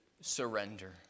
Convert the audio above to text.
surrender